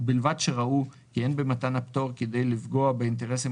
ובלבד שראו כי אין במתן הפטור כדי לפגוע באינטרסים